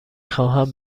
خواهم